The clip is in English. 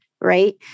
right